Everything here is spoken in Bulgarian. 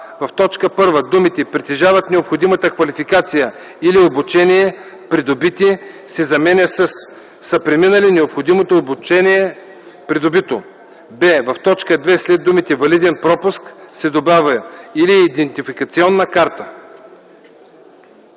в т. 1 думите „притежават необходимата квалификация или обучение, придобити” се заменят със „са преминали необходимото обучение, придобито”; б) в т. 2 след думите „валиден пропуск” се добавя „или идентификационна карта”.”